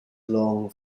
long